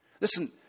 Listen